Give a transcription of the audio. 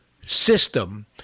system